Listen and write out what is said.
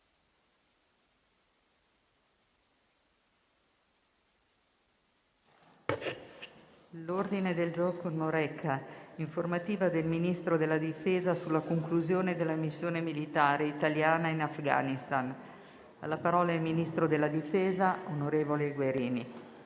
L'ordine del giorno reca: «Informativa del Ministro della difesa sulla conclusione della missione militare italiana in Afghanistan». Ha facoltà di parlare il ministro della difesa, onorevole Guerini.